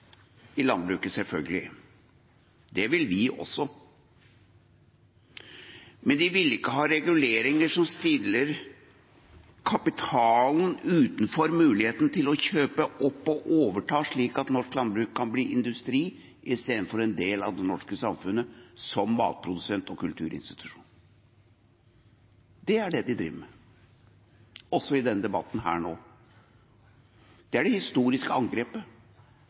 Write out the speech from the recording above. i landbruket, selvfølgelig. Det vil vi også. Men de vil ikke ha reguleringer som stiller kapitalen utenfor mulighetene til å kjøpe opp og overta, slik at norsk landbruk kan bli industri i stedet for en del av det norske samfunnet som matprodusent og kulturinstitusjon. Det er det de driver med, også i denne debatten her. Det er det historiske angrepet